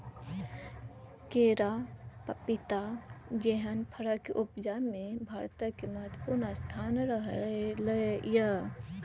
केरा, पपीता जेहन फरक उपजा मे भारतक महत्वपूर्ण स्थान रहलै यै